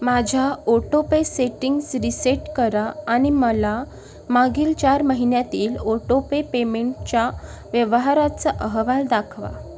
माझ्या autopay settings reset करा आणि मला मागील चार महिन्यातील ओटोपे पेमेंटच्या व्यवहाराचा अहवाल दाखवा